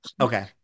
Okay